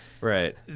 Right